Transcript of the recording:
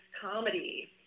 comedy –